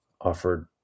offered